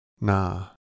Nah